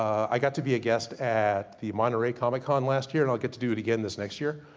i got to be a guest at the monterey comic con last year, and i'll get to do it again this next year.